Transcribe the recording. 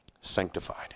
sanctified